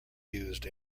used